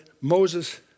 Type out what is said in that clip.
Moses